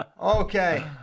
Okay